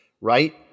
right